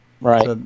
right